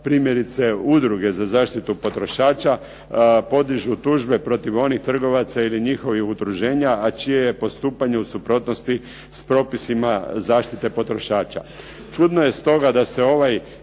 primjerice Udruge za zaštitu potrošača podižu tužbe protiv onih trgovaca ili njihovih utrženja a čije je postupanje u suprotnosti s propisima zaštite potrošača. Čudno je stoga da se ovaj